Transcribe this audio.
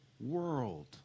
world